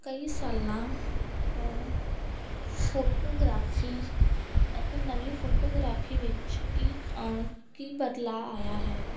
ਕਈ ਸਾਲਾਂ ਤੋਂ ਫੋਟੋਗਰਾਫੀ ਅਤੇ ਨਵੀਂ ਫੋਟੋਗਰਾਫੀ ਵਿੱਚ ਕੀ ਕੀ ਬਦਲਾਅ ਆਇਆ ਹੈ